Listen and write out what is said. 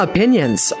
Opinions